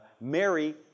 Mary